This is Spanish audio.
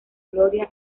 gloria